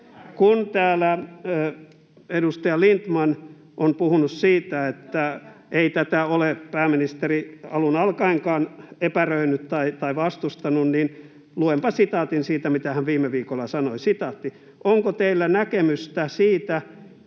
Kun täällä edustaja Lindtman on puhunut siitä, että ei tätä ole pääministeri alun alkaenkaan epäröinyt tai vastustanut, niin luenpa sitaatin siitä, mitä hän viime viikolla sanoi: ”Onko